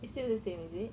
it's still the same is it